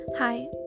Hi